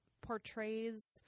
portrays